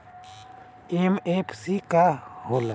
MFC का हो़ला?